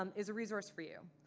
um is a resource for you.